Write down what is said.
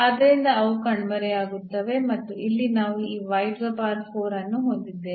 ಆದ್ದರಿಂದ ಅವು ಕಣ್ಮರೆಯಾಗುತ್ತವೆ ಮತ್ತು ಇಲ್ಲಿ ನಾವು ಈ ಅನ್ನು ಹೊಂದಿದ್ದೇವೆ